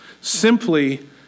simply